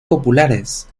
populares